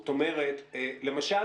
למשל,